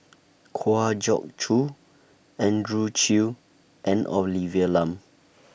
Kwa Geok Choo Andrew Chew and Olivia Lum